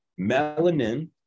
Melanin